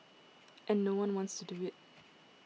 and no one wants to do it